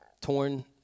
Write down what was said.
torn